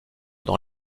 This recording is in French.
dans